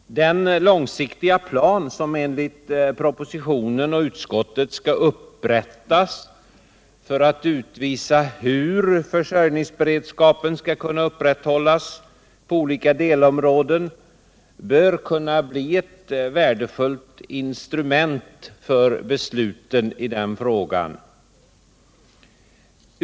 Den långsiktiga plan, som enligt propositionen och utskottet skall upprättas för att utvisa hur försörjningsberedskapen skall kunna upprätthållas på olika delområden, bör kunna bli ett värdefullt instrument för besluten i den frågan.